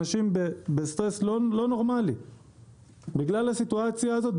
אנשים בסטרס לא נורמלי בגלל הסיטואציה הזאת.